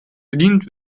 bedient